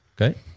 Okay